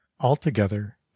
altogether